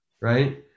right